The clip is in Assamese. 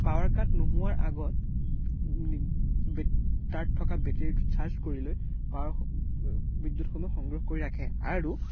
পাৱাৰ কাট নোহোৱাৰ আগত তাত থকা বেটেৰীটো চাৰ্জ কৰি লৈ পাৱাৰ বিদ্যুতসমূহ সংগ্ৰহ কৰি ৰাখে আৰু